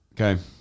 Okay